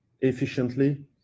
efficiently